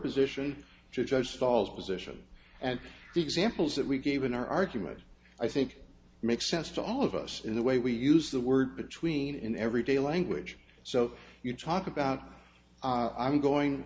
position to judge sauls position and the examples that we gave in our argument i think makes sense to all of us in the way we use the word between in everyday language so you talk about i'm going